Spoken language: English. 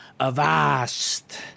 Avast